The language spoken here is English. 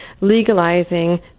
legalizing